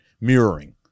mirroring